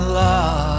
love